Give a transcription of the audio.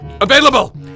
Available